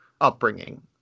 upbringing